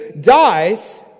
dies